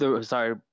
Sorry